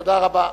תודה רבה.